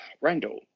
Randall